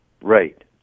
Right